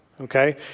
Okay